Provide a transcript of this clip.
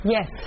Yes